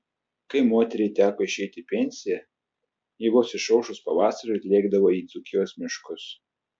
kai moteriai teko išeiti į pensiją ji vos išaušus pavasariui lėkdavo į dzūkijos miškus